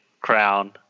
crown